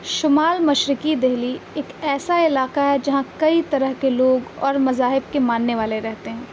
شمال مشرقی دلی ایک ایسا علاقہ ہے جہاں کئی طرح کے لوگ اور مذاہب کے ماننے والے رہتے ہیں